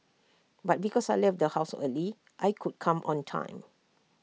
but because I left the house early I could come on time